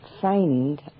find